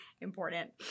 important